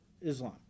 Islam